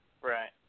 Right